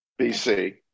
bc